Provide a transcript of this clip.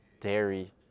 dairy